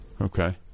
Okay